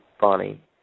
funny